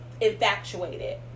infatuated